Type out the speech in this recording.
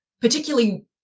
particularly